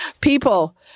People